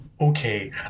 Okay